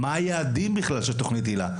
מה היעדים של תוכנית היל"ה?